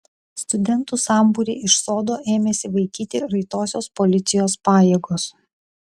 studentų sambūrį iš sodo ėmėsi vaikyti raitosios policijos pajėgos